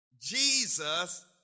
Jesus